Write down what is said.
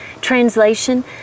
translation